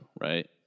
right